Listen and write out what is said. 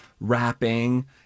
rapping